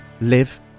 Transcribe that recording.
live